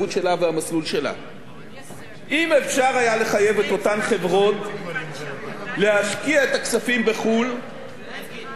אם אפשר היה לחייב את אותן חברות להשקיע את הכספים בחו"ל ולגבות מס מלא,